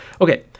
Okay